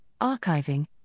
archiving